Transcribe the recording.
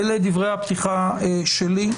אלה דברי הפתיחה שלי.